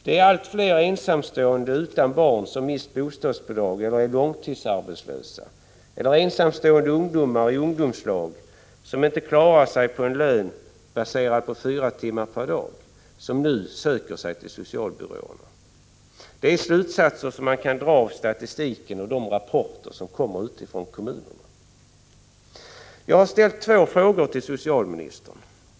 Allt fler ensamstående utan barn har mist sitt bostadsbidrag eller är långtidsarbetslösa. Allt fler blir också de ensamstående ungdomar i ungdomslag som inte klarar sig på en lön baserad på fyra timmars arbete per dag och som nu söker sig till socialbyråerna. Det är de slutsatser som man kan dra av statistiken och av de rapporter som kommer från kommunerna. Jag har ställt två frågor till socialministern.